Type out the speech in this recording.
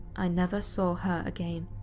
i never saw her again.